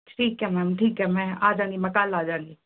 ਠੀਕ ਹੈ ਮੈਮ ਠੀਕ ਹੈ ਮੈਂ ਆ ਜਾਂਗੀ ਮੈਂ ਕੱਲ੍ਹ ਆ ਜਾਂਗੀ